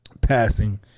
Passing